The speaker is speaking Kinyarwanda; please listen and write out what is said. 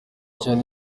cyane